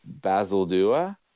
Basildua